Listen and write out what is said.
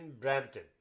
Brampton